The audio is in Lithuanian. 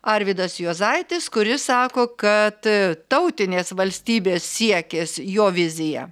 arvydas juozaitis kuris sako kad tautinės valstybės siekis jo vizija